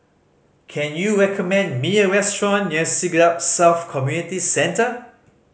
can you recommend me a restaurant near Siglap South Community Centre